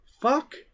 Fuck